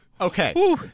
Okay